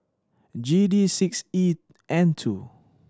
G D six E N two